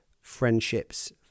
friendships